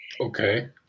Okay